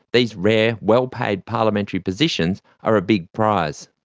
these rare, well-paid parliamentary positions are a big prize.